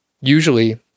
usually